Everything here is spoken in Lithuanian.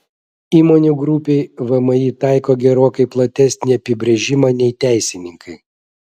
įmonių grupei vmi taiko gerokai platesnį apibrėžimą nei teisininkai